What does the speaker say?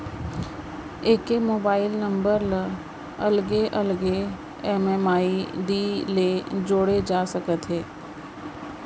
एके mobile number ल अलगे अलगे एम.एम.आई.डी ले जोड़े जा सकत हे